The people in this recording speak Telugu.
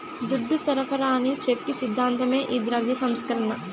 దుడ్డు సరఫరాని చెప్పి సిద్ధాంతమే ఈ ద్రవ్య సంస్కరణ